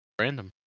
Random